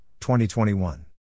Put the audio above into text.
2021